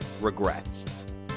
regrets